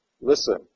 listen